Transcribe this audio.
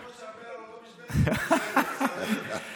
אני ומשה ארבל על אותה משבצת, זה בסדר, מסתדרים.